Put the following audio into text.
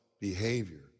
behavior